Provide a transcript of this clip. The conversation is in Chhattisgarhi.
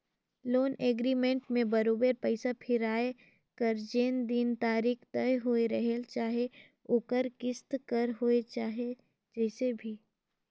लोन एग्रीमेंट में बरोबेर पइसा फिराए कर जेन दिन तारीख तय होए रहेल चाहे ओहर किस्त कर होए चाहे जइसे भी